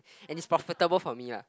and it's profitable for me ah